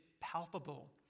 palpable